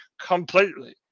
completely